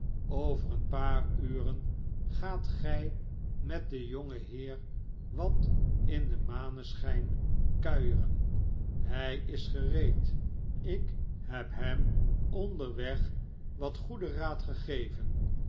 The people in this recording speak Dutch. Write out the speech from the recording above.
over een paar uren gaat gij met den jongen heer wat in den maneschijn kuieren hij is gereed ik hel hem onderweg wat goeden raad gegeven